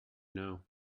know